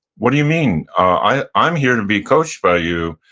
what do you mean? i'm here to be coached by you,